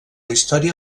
història